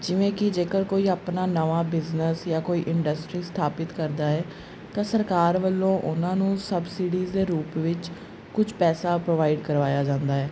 ਜਿਵੇਂ ਕਿ ਜੇਕਰ ਕੋਈ ਆਪਣਾ ਨਵਾਂ ਬਿਜ਼ਨਸ ਜਾਂ ਕੋਈ ਇੰਡਸਟਰੀ ਸਥਾਪਿਤ ਕਰਦਾ ਹੈ ਤਾਂ ਸਰਕਾਰ ਵੱਲੋਂ ਉਹਨਾਂ ਨੂੰ ਸਬਸਿਡੀਜ਼ ਦੇ ਰੂਪ ਵਿੱਚ ਕੁਝ ਪੈਸਾ ਪ੍ਰੋਵਾਈਡ ਕਰਵਾਇਆ ਜਾਂਦਾ ਹੈ